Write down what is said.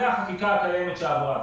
זאת החקיקה הקיימת שעברה.